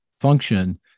function